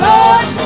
Lord